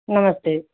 नमस्ते